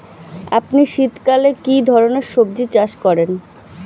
আপনি শীতকালে কী ধরনের সবজী চাষ করেন?